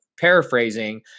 paraphrasing